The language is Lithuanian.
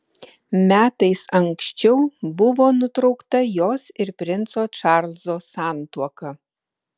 metais anksčiau buvo nutraukta jos ir princo čarlzo santuoka